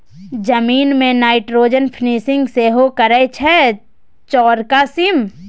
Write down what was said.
जमीन मे nitrogen fixing सेहो करय छै चौरका सीम